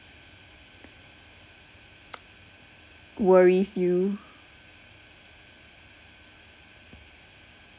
worries you